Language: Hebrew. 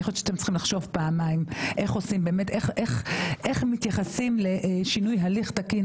אני חושבת שאתם צריכים לחשוב פעמיים איך מתייחסים לשינוי הליך תקין.